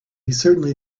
certainly